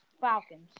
Falcons